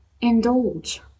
indulge